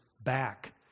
back